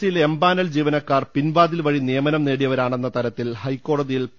C യിലെ empanel ജീവനക്കാർ പിൻ വാതിൽ വഴി നിയമനം നേടിയവരാണെന്ന തരത്തിൽ ഹൈക്കോ ടതിയിൽ പി